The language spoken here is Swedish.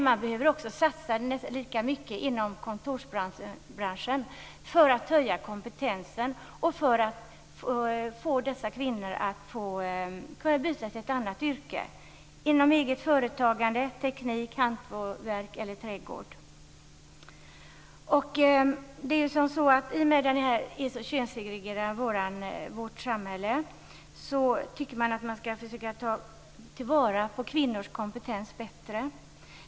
Man behöver dock satsa lika mycket inom kontorsbranschen på kompetenshöjning och för att de drabbade kvinnorna skall kunna byta till ett annat yrke, t.ex. inom eget företagande, inom teknikområdet eller i hantverkseller trädgårdsnäring. I och med att vårt samhälle är så könssegregerat finns det ett behov av att bättre tillvarata kvinnors kompetens.